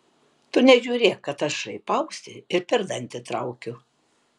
tu nežiūrėk kad aš šaipausi ir per dantį traukiu